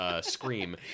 scream